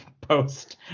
post